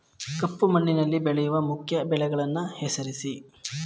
ಕಪ್ಪು ಮಣ್ಣಿನಲ್ಲಿ ಬೆಳೆಯುವ ಮುಖ್ಯ ಬೆಳೆಗಳನ್ನು ಹೆಸರಿಸಿ